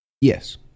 Yes